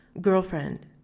girlfriend